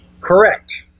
correct